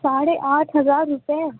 ساڑھے آٹھ ہزار روپئے